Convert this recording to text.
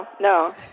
No